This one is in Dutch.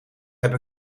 heb